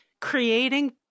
creating